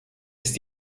ist